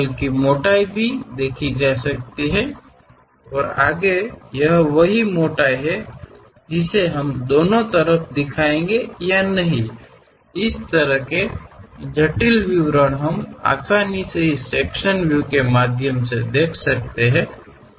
ಮತ್ತು ಮತ್ತಷ್ಟು ಇದೇ ದಟ್ಟತನವನ್ನು ನಾವು ಎರಡೂ ಕಡೆ ನೋಡುತ್ತೇವೆ ಅಥವಾ ಇಲ್ಲವೇ ಈ ರೀತಿಯ ಸಂಕೀರ್ಣ ವಿವರಗಳನ್ನು ಈ ವಿಭಾಗೀಯ ವೀಕ್ಷಣೆಗಳ ಮೂಲಕ ನಾವು ಸುಲಭವಾಗಿ ಗಮನಿಸಬಹುದು